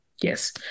Yes